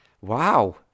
Wow